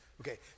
Okay